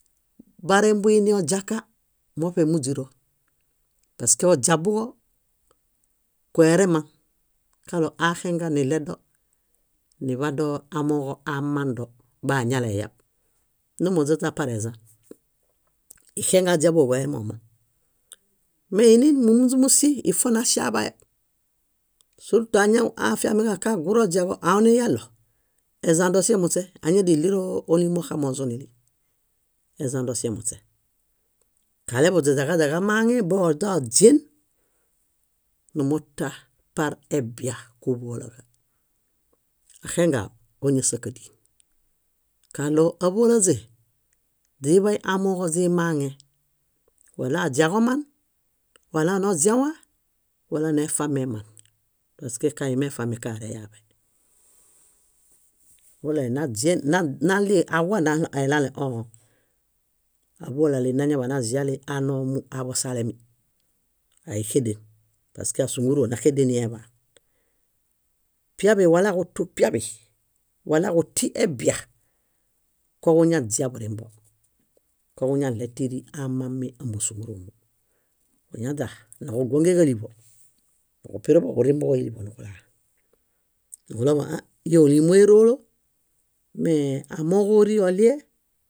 . Barembuini oźiaka, moṗe múźiro. Paske oźiabuġo, kueremaŋ kaɭo aaxenga niɭedo niḃado amooġo aamando baañaleyab. Nimuźaźa parezan. Ixenga oźiabuġo kuemomaŋ. Meinin mómuźusi ifo naŝa baeb. Surtu añaw nifiamiġaɭo kagũru oźiaġo aa óniyalo, ezã doŝemuśe ánadianiɭiro ólimo oxamozunili. Ezã doŝemuśe. Kaleḃuźaźa kaźaġamaŋe boźoźien, nimuto par ebia, kúḃolaġa. Axengao, óñasakadi kaɭo áḃolaźe, źíḃay amooġo źimaŋe. Wala oźiaġoman, wala noźiawa, wala nefameman, paske kaimiefami kareyaaḃe. Kaɭoinaźien naɭii awa? Aiɭale õo. Áḃolali nañaḃaan naziali anomu aḃosalemi. Áixeden paske ásunguruo náxedeni eḃaan. Piaḃi walaġutu ṗiaḃi walaġuti ebia kuġuñaźia burimbo, koġuñale tíri amami ámasunguruomu. Kuñaźa niġugonge ġáliḃo, niġupiruḃuġo niġurimbuġo íliḃo niġulaa, niġuɭoḃuġo ã íi óliimo éroolo mee amooġo óori oɭie